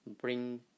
bring